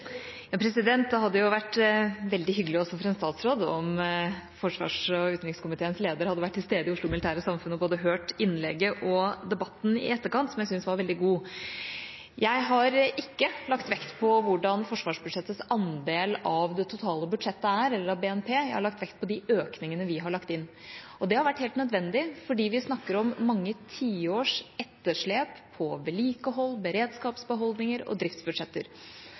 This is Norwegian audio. Det hadde jo vært veldig hyggelig, også for en statsråd, om utenriks- og forsvarskomiteens leder hadde vært til stede i Oslo Militære Samfund og hørt både innlegget og debatten i etterkant, som jeg syns var veldig god. Jeg har ikke lagt vekt på hvordan forsvarsbudsjettets andel av det totale budsjettet eller av BNP er. Jeg har lagt vekt på de økningene vi har lagt inn. Det har vært helt nødvendig, fordi vi snakker om mange tiårs etterslep på vedlikehold, beredskapsbeholdninger og driftsbudsjetter.